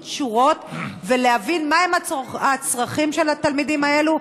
שורות ולהבין מהם הצרכים של התלמידים האלה,